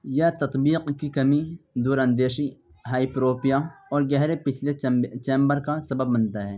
یا تطبیق کی کمی دور اندیشی ہائپروپیا اور گہرے پچھلے چیمبر کا سبب بنتا ہے